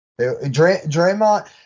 Draymond